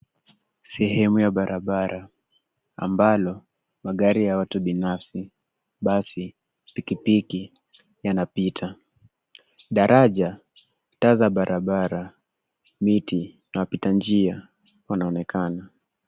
Sehemu ya barabara ambalo magari ya watu binafsi, basi, pikipiki yanapita. Daraja, taa za barabara, miti na wapita njia wanaonekana.